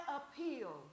appeal